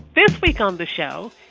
this week on the show,